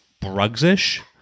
Brugsish